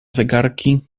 zegarki